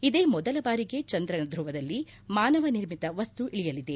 ಇದೇ ಮೊದಲ ಬಾರಿಗೆ ಚಂದ್ರನ ಧುವದಲ್ಲಿ ಮಾನವ ನಿರ್ಮಿತ ವಸ್ತು ಇಳಿಯಲಿದೆ